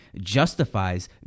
justifies